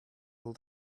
will